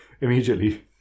Immediately